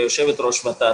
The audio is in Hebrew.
יושבת-ראש ות"ת,